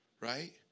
right